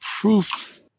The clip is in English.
proof